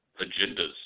agendas